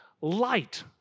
Light